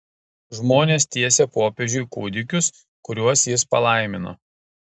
žmonės tiesė popiežiui kūdikius kuriuos jis palaimino